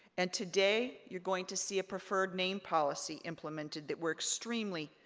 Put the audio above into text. and today, you're going to see a preferred name policy implemented that we're extremely,